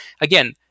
Again